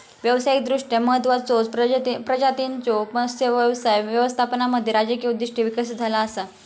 व्यावसायिकदृष्ट्या महत्त्वाचचो प्रजातींच्यो मत्स्य व्यवसाय व्यवस्थापनामध्ये राजकीय उद्दिष्टे विकसित झाला असा